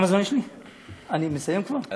אני רוצה